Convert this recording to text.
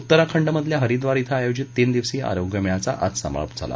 उत्तराखंडमधल्या हरिद्वार धिं आयोजित तीन दिवसीय आरोग्य मेळ्याचा आज समारोप झाला